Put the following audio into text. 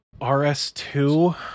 RS2